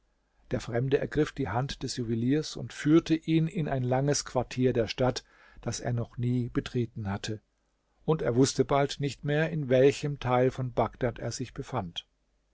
der fremde ergriff die hand des juweliers und führte ihn in ein langes quartier der stadt das er noch nie betreten hatte und er wußte bald nicht mehr in welchem teil von bagdad er sich befand